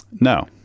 No